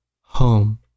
Home